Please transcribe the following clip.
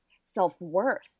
self-worth